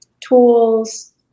tools